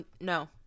no